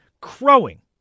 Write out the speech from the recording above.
crowing